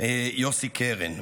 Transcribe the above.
יוסי קרן.